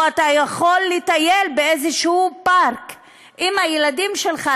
או אתה יכול לטייל באיזשהו פארק עם הילדים שלך,